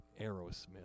Aerosmith